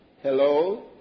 Hello